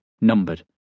numbered